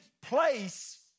place